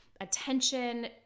attention